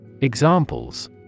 Examples